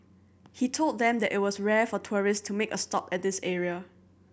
he told them that it was rare for tourists to make a stop at this area